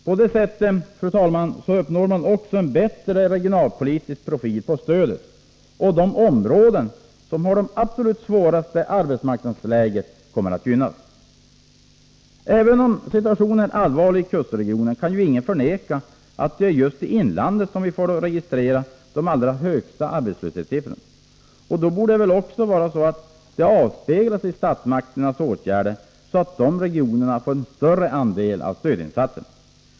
På det sättet uppnår man en bättre regionalpolitisk profil av stödet, och de områden som har det svåraste arbetsmarknadsläget gynnas. Även om situationen är allvarlig i kustregionen kan ingen förneka att det är just i inlandskommunerna som vi får registrera de högsta arbetslöshetssiffrorna. Det borde väl då också avspeglas i statsmakternas åtgärder så att dessa regioner får en större andel av stödinsatserna.